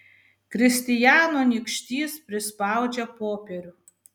kristijano nykštys prispaudžia popierių